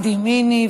(אומרת דברים בשפה הרומנית),